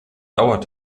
dauert